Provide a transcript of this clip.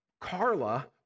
Carla